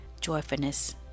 joyfulness